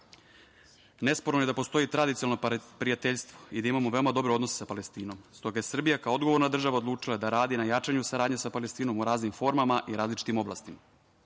je da postoji tradicionalno prijateljstvo i da imamo veoma dobre odnose sa Palestinom, s toga je Srbija kao odgovorna država odlučila da radi na jačanju saradnje sa Palestinom u raznim formama i različitim oblastima. Konstantan